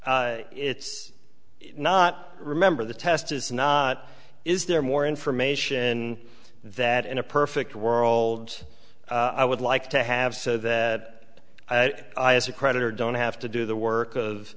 it's not remember the test is not is there more information that in a perfect world i would like to have so that i as a creditor don't have to do the work of